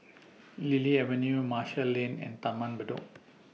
Lily Avenue Marshall Lane and Taman Bedok